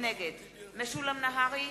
נגד משולם נהרי,